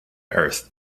earth